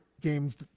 games